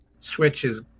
switches